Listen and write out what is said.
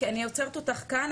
אני עוצרת אותך כאן.